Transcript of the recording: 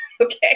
okay